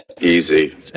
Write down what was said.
Easy